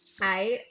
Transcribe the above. Hi